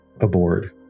aboard